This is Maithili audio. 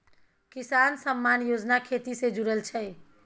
किसान सम्मान योजना खेती से जुरल छै